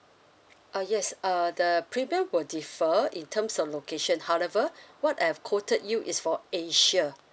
uh yes uh the premium will differ in terms of location however what I have quoted you is for asia